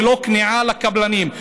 ולא כניעה לקבלנים,